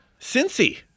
Cincy